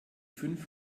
fünf